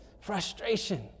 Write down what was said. frustration